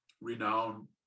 renowned